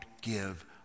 give